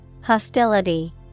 Hostility